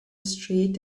street